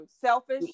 Selfish